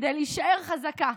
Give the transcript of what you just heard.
כדי להישאר חזקה.